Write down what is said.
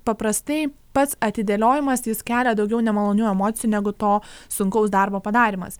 paprastai pats atidėliojimas jis kelia daugiau nemalonių emocijų negu to sunkaus darbo padarymas